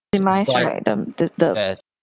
minimise right the the the